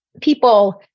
people